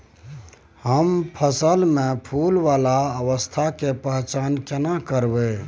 हम फसल में फुल वाला अवस्था के पहचान केना करबै?